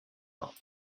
not